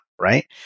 right